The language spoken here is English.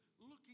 looking